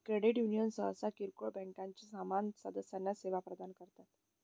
credit union सहसा किरकोळ बँकांच्या समान सदस्यांना सेवा प्रदान करतात